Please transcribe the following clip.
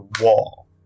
wall